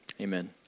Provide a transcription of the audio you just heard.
amen